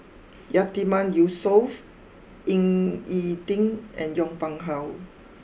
Yatiman Yusof Ying E Ding and Yong Pung how